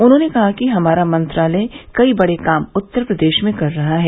उन्होंने कहा कि हमारा मंत्रालय कई बड़े काम उत्तर प्रदेश में कर रहा है